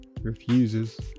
refuses